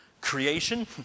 Creation